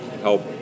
help